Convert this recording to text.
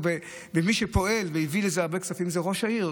ומי שפועל והביא לזה הרבה כספים זה ראש העיר.